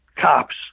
cops